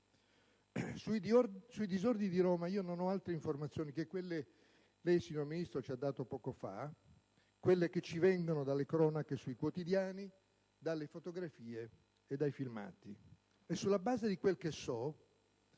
Sui disordini di Roma non ho altre informazioni che quelle che lei, signor Ministro, ci ha dato poco fa, quelle che ci vengono dalle cronache sui quotidiani, dalle fotografie e dai filmati. E, sulla base di quel che so,